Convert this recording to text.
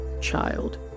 child